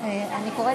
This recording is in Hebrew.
מבקשת